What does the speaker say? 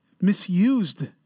misused